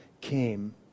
came